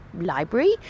library